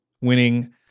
winning